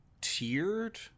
tiered